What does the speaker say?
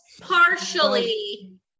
partially